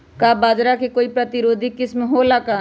का बाजरा के कोई प्रतिरोधी किस्म हो ला का?